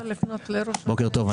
בוקר טוב,